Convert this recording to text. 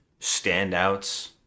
standouts